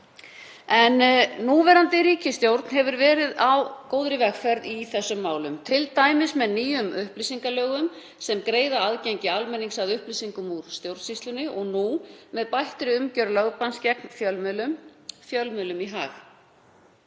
Núverandi ríkisstjórn hefur verið á góðri vegferð í þessum málum, t.d. með nýjum upplýsingalögum sem greiða aðgengi almennings að upplýsingum úr stjórnsýslunni og nú með bættri umgjörð lögbanns gegn fjölmiðlum,